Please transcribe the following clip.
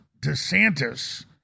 DeSantis